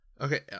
Okay